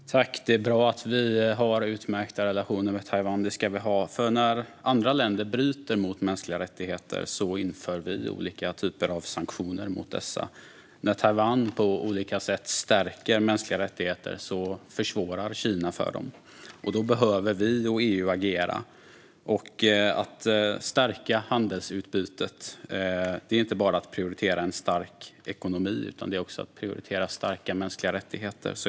Fru talman! Det är bra att vi har utmärkta relationer med Taiwan. Det ska vi ha, för när andra länder bryter mot mänskliga rättigheter inför vi olika typer av sanktioner mot dem. När Taiwan på olika sätt stärker mänskliga rättigheter försvårar Kina för dem, och då behöver vi och EU agera. Att stärka handelsutbytet innebär inte bara att prioritera en stark ekonomi utan också att prioritera starka mänskliga rättigheter.